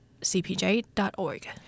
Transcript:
cpj.org